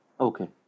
Okay